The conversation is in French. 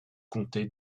comté